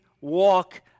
walk